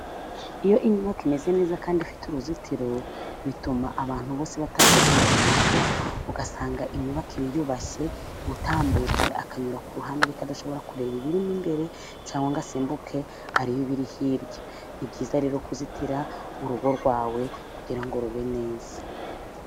Iyo inyubako imeze neza kandi ifite uruzitiro, bituma abantu bose batavogera urwo rugo, ugasanga inyubako yiyubashye, utambutse akanyura ku ruhande, adashobora kureba ibirimo imbere, cyangwa ngo asimbuke arebe ibiri hirya. Ni byiza rero kuzitira urugo rwawe, kugira ngo rube neza.